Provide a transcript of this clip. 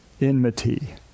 enmity